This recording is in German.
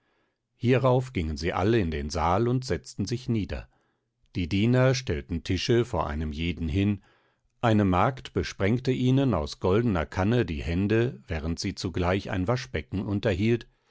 hierauf gingen sie alle in den saal und setzten sich nieder die diener stellten tische vor einem jeden hin eine magd besprengte ihnen aus goldener kanne die hände während sie zugleich ein waschbecken unterhielt